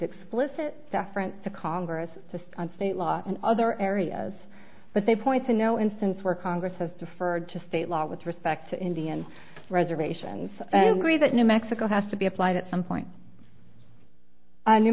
explicit deference to congress just on state law and other areas but they point to no instance where congress has deferred to state law with respect to indian reservations and three that new mexico has to be applied at some point new